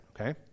okay